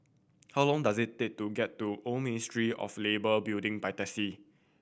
how long does it take to get to Old Ministry of Labour Building by taxi